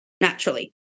naturally